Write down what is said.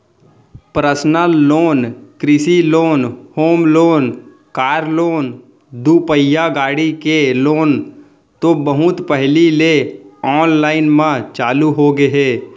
personal loan, कृषि loan, home loan, car loan, दुपहिया गाड़ी के लोन तो बहुत पहिली ले आनलाइन म चालू होगे हे